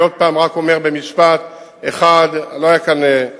אני רק אומר במשפט עוד פעם: 1. לא היה כאן יושב-ראש